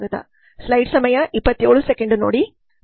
ನಾವು ಪಾಠ ಸಂಖ್ಯೆ ನೋಡೋಣ